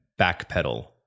backpedal